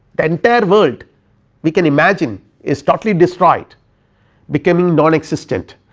the entire world we can imagine is totally destroyed becoming nonexistent,